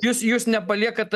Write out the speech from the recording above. jūs jūs nepaliekat